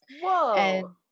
whoa